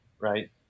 right